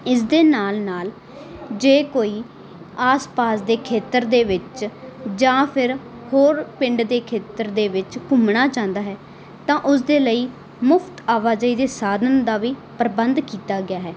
ਇਸ ਦੇ ਨਾਲ ਨਾਲ ਜੇ ਕੋਈ ਆਸ ਪਾਸ ਦੇ ਖੇਤਰ ਦੇ ਵਿੱਚ ਜਾਂ ਫੇਰ ਹੋਰ ਪਿੰਡ ਦੇ ਖੇਤਰ ਦੇ ਵਿੱਚ ਘੁੰਮਣਾ ਚਾਹੁੰਦਾ ਹੈ ਤਾਂ ਉਸਦੇ ਲਈ ਮੁਫ਼ਤ ਆਵਾਜਾਈ ਦੇ ਸਾਧਨ ਦਾ ਵੀ ਪ੍ਰਬੰਧ ਕੀਤਾ ਗਿਆ ਹੈ